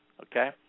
okay